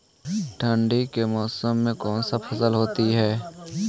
ठंडी के मौसम में कौन सा फसल होती है?